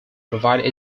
provide